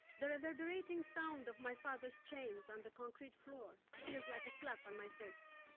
the reverberating sound of my father's chains on the concrete floor feels like a slap on my face.